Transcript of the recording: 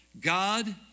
God